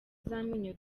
z’amenyo